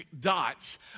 dots